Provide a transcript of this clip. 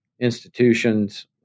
institutions